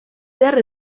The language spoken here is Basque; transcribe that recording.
behar